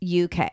UK